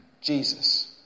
Jesus